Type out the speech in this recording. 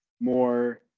more